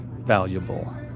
valuable